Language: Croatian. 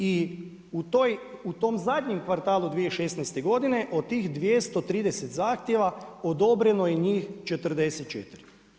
I u tom zadnjem kvartalu 2016. godine, od tih 230 zahtjeva, odobreno je njih 44.